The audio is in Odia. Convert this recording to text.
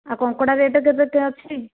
ଆଉ କଙ୍କଡ଼ା ରେଟ୍ କେତେ ଅଛି